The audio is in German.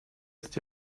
ist